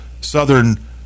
southern